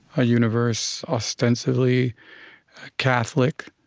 a universe ostensibly catholic,